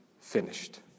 finished